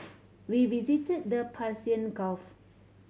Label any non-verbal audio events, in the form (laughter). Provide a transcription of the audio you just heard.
(noise) we visited the Persian Gulf